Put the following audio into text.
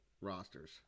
rosters